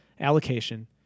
allocation